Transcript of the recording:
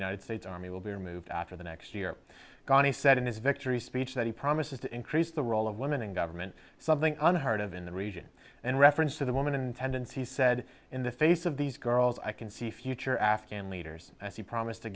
united states army will be removed after the next year connie said in his victory speech that he promises to increase the role of women in government something unheard of in the region and reference to the woman in tendency said in the face of these girls i can see future afghan leaders as he promised